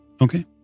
Okay